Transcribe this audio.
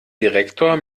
direktor